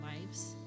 lives